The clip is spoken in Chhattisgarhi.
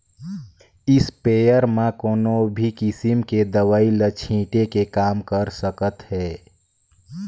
इस्पेयर म कोनो भी किसम के दवई ल छिटे के काम कर सकत हे